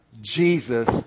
Jesus